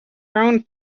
grown